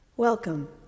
Welcome